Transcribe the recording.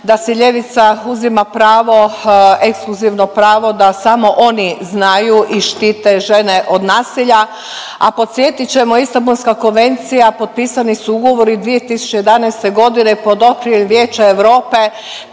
da si ljevica uzima pravo, ekskluzivno pravo da samo oni znaju i štite žene od nasilja, a podsjetit ćemo Istanbulska konvencija potpisani su ugovori 2011. godine pod okriljem Vijeća Europe